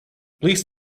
please